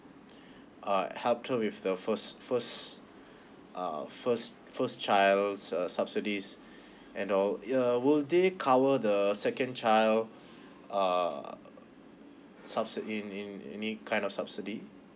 uh help her with the first first uh first first child's uh subsidies and know uh will they cover the second child uh subsi~ in in in any kind of subsidy